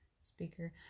speaker